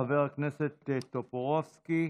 חבר הכנסת טופורובסקי,